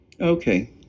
Okay